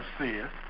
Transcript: says